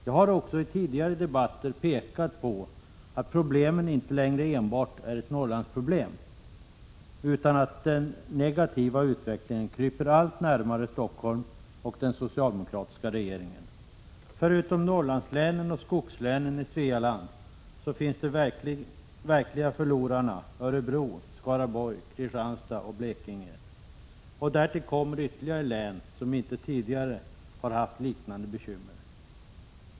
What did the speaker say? Jag har också i tidigare debatter pekat på att problemet inte längre enbart är ett Norrlandsproblem, utan att den negativa utvecklingen kryper allt närmare Stockholm och den socialdemokratiska regeringen. Förutom Norrlandslänen och skogslänen i Svealand finns de verkliga förlorarna i Örebro, Skaraborg, Kristianstad och Blekinge. Därtill kommer ytterligare län som inte tidigare har haft liknande bekymmer.